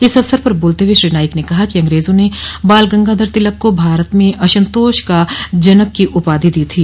इस अवसर पर बोलते हुए श्री नाईक ने कहा कि अंग्रेजों ने बाल गंगाधर तिलक को भारत में असंतोष का जनक की उपाधि दी थी